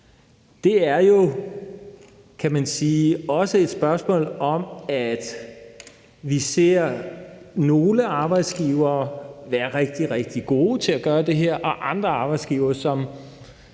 Det er jo også et spørgsmål om, at vi ser, at nogle arbejdsgivere er rigtig, rigtig gode til at gøre det her, og at andre arbejdsgivere –